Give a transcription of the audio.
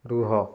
ରୁହ